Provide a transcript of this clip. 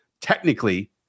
technically